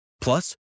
Plus